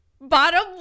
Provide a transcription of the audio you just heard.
Bottom